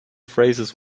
phrases